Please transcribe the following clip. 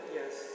yes